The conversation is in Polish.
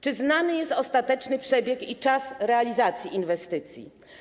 Czy znany jest ostateczny przebieg i czas realizacji inwestycji?